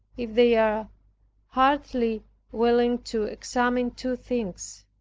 if they are heartily willing to examine two things.